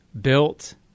built